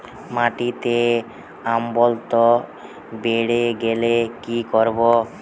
মাটিতে অম্লত্ব বেড়েগেলে কি করব?